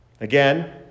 Again